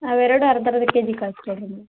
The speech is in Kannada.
ಅವೆರಡೂ ಅರ್ಧರ್ಧ ಕೆಜಿ ಕಳ್ಸಿ ಕೊಡಿರಿ ಮೇಡಮ್